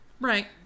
Right